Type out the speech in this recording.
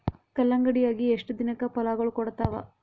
ಕಲ್ಲಂಗಡಿ ಅಗಿ ಎಷ್ಟ ದಿನಕ ಫಲಾಗೋಳ ಕೊಡತಾವ?